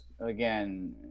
Again